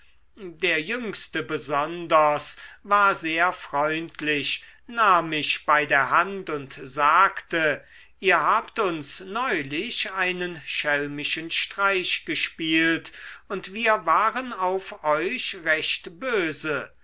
der jüngste besonders war sehr freundlich nahm mich bei der hand und sagte ihr habt uns neulich einen schelmischen streich gespielt und wir waren auf euch recht böse